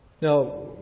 Now